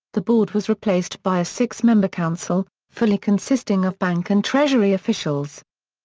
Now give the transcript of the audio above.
the board was replaced by a six-member council, fully consisting of bank and treasury officials.